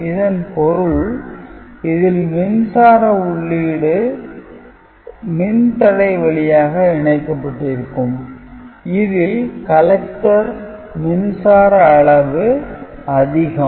இதன் பொருள் இதில் மின்சார உள்ளீடு "மின்தடை" வழியாக இணைக்கப்பட்டிருக்கும் இதில் "collector" மின்சார அளவு அதிகம்